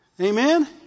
Amen